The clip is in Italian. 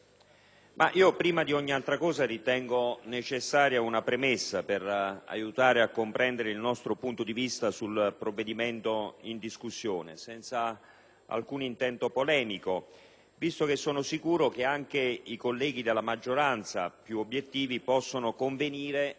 prima di ogni altra considerazione ritengo necessario svolgere una premessa per aiutare a comprendere il nostro punto di vista sul provvedimento in discussione. Non ho alcun intento polemico, visto che sono sicuro che anche i colleghi della maggioranza più obiettivi possono convenire